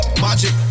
magic